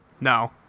No